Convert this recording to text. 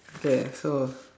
okay so